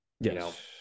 Yes